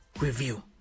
review